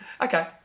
Okay